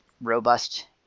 robust